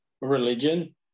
religion